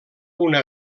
una